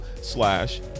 slash